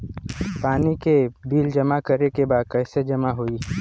पानी के बिल जमा करे के बा कैसे जमा होई?